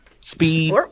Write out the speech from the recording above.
Speed